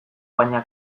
baina